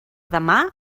demà